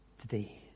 today